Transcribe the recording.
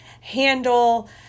handle